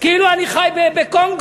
כאילו אני חי בקונגו,